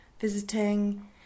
visiting